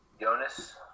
Jonas